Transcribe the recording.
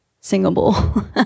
singable